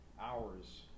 Hours